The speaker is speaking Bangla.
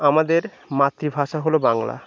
আমাদের মাতৃভাষা হল বাংলা